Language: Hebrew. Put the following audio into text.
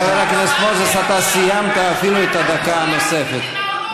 חבר הכנסת מוזס, אתה סיימת אפילו את הדקה הנוספת.